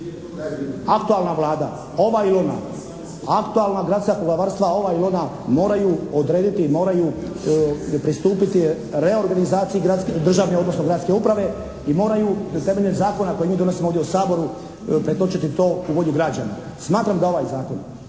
aktualna Vlada, ova i ona, aktualna gradska poglavarstva ova i ona moraju odrediti i moraju pristupiti reorganizaciji državne odnosno gradske uprave i moraju na temelju zakona koji mi donosimo ovdje u Sabora pretočiti to u volju građana. Smatram da ovaj zakon